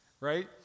right